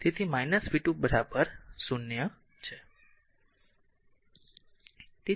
તેથી v 2 0 છે